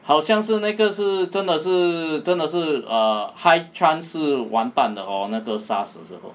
好像是那个是真的是真的是 err high chance 是完蛋的 hor 那个 SARS 的时候